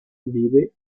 vive